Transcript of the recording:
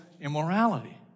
immorality